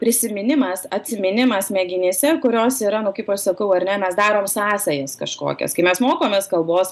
prisiminimas atsiminimas smegenyse kurios yra nu kaip aš sakau ar ne mes darom sąsajas kažkokias kai mes mokomės kalbos